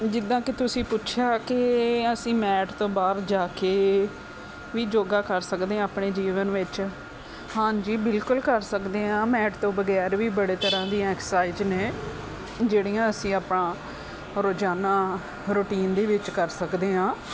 ਜਿੱਦਾਂ ਕਿ ਤੁਸੀਂ ਪੁੱਛਿਆ ਕਿ ਅਸੀਂ ਮੈਟ ਤੋਂ ਬਾਹਰ ਜਾ ਕੇ ਵੀ ਯੋਗਾ ਕਰ ਸਕਦੇ ਹਾਂ ਆਪਣੇ ਜੀਵਨ ਵਿੱਚ ਹਾਂਜੀ ਬਿਲਕੁਲ ਕਰ ਸਕਦੇ ਹਾਂ ਮੈਟ ਤੋਂ ਬਗੈਰ ਵੀ ਬੜੇ ਤਰ੍ਹਾਂ ਦੀਆਂ ਐਕਸਾਈਜ਼ ਨੇ ਜਿਹੜੀਆਂ ਅਸੀਂ ਆਪਾਂ ਰੋਜ਼ਾਨਾ ਰੂਟੀਨ ਦੇ ਵਿੱਚ ਕਰ ਸਕਦੇ ਹਾਂ